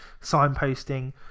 signposting